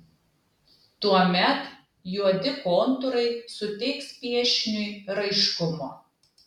tuomet juodi kontūrai suteiks piešiniui raiškumo